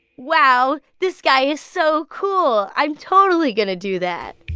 wow, this guy is so cool. i'm totally going to do that